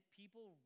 people